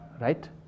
right